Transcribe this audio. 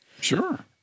Sure